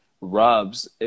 rubs